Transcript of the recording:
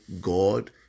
God